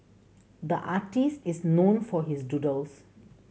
the artist is known for his doodles